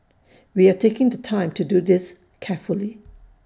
we are taking the time to do this carefully